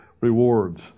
rewards